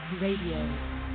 Radio